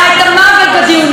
צעקתם,